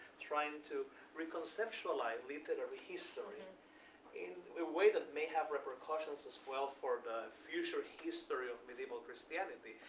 trying to reconceptualize literary history in a way that may have repercussions as well for the future history of medieval christianity.